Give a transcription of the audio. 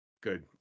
Good